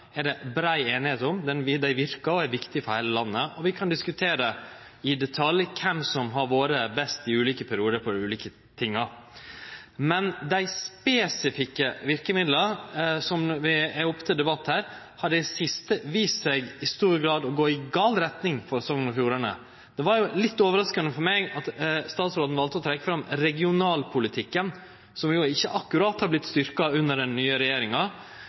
er det brei einigheit om. Dei verkar og er viktige for heile landet, og vi kan diskutere i detalj kven som har vore best i ulike periodar på dei ulike tinga. Men dei spesifikke verkemidla som er oppe til debatt her, har i det siste vist seg i stor grad å gå i gal retning for Sogn og Fjordane. Det var litt overraskande for meg at statsråden valde å trekkje fram regionalpolitikken, som jo ikkje akkurat har vorte styrkt under den nye regjeringa.